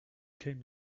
came